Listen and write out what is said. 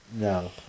No